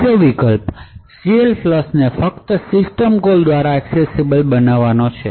બીજો વિકલ્પ CLFLUSHને ફક્ત સિસ્ટમ કોલ દ્વારા એક્સેસિબલ બનાવવાનો છે